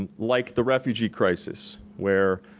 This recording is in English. and like the refugee crisis, where